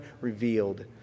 revealed